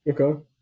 Okay